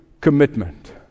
commitment